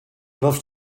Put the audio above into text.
loves